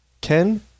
Ken